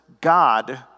God